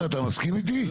תומר, אתה מסכים איתי?